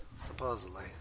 Supposedly